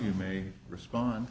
you may respond